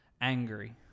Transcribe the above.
Angry